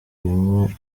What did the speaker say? rimwe